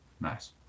Nice